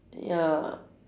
ya